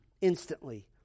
Instantly